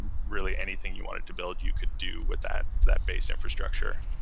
and really, anything you wanted to build, you could do with that that base infrastructure.